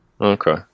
Okay